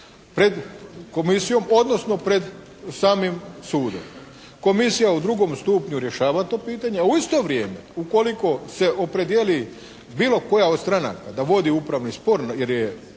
pred Komisijom, odnosno pred samim sudom. Komisija u drugom stupnju rješava to pitanje, a u isto vrijeme ukoliko se opredijeli bilo koja od stranaka da vodi upravni spor jer je